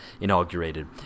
inaugurated